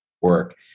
work